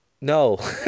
no